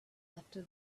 after